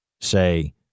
say